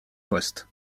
poste